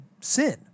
sin